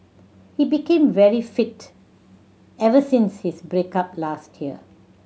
he became very fit ever since his break up last year